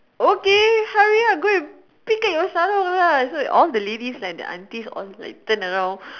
okay hurry up go and pick at your sarong lah so all the ladies and the aunties turn around